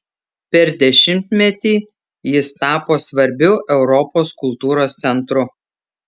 per dešimtmetį jis tapo svarbiu europos kultūros centru